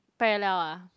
parallel ah